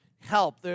help